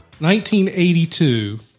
1982